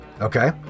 Okay